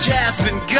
Jasmine